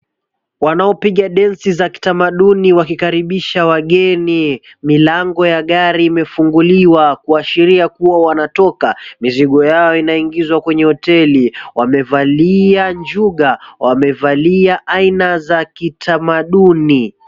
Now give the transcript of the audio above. Wanaopiga densi za kitamaduni wakikaribisha wageni. Milango ya gari imefunguliwa kuashiria kuwa wanatoka, mizigo yao inaingizwa kwenye hoteli. Wamevalia njuga, wamevalia aina za kitamaduni.